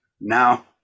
now